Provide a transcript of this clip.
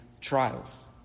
trials